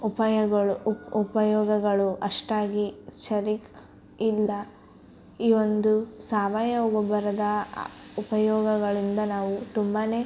ಉಪಾಯಗಳು ಉಪಯೋಗಗಳು ಅಷ್ಟಾಗಿ ಸರೀಗ್ ಇಲ್ಲ ಈ ಒಂದು ಸಾವಯವ ಗೊಬ್ಬರದ ಉಪಯೋಗಗಳಿಂದ ನಾವು ತುಂಬಾ